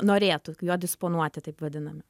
norėtų juo disponuoti taip vadinam